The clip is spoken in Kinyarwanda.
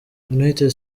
united